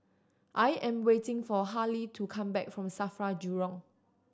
I am waiting for Haley to come back from SAFRA Jurong